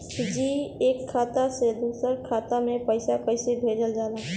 जी एक खाता से दूसर खाता में पैसा कइसे भेजल जाला?